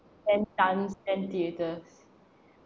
and dance and theatres